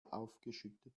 aufgeschüttet